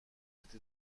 cette